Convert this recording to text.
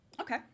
Okay